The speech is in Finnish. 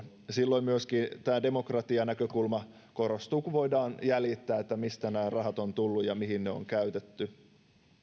silloin myöskin tämä demokratianäkökulma korostuu kun voidaan jäljittää mistä nämä rahat ovat tulleet ja mihin ne on käytetty